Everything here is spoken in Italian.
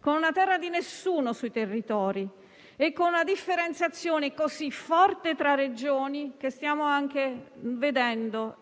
con una terra di nessuno sui territori e con una differenziazione così forte tra Regioni che stiamo vedendo